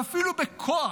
ואפילו בכוח